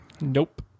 Nope